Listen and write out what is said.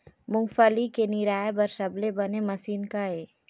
मूंगफली के निराई बर सबले बने मशीन का ये?